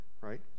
right